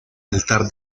altar